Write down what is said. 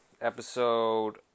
Episode